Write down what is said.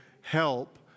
help